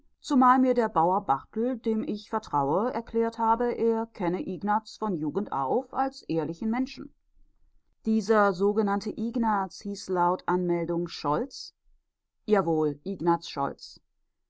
zumal mir der bauer barthel dem ich vertraue erklärt habe er kenne ignaz von jugend auf als ehrlichen menschen dieser sogenannte ignaz hieß laut anmeldung scholz jawohl ignaz